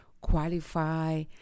qualify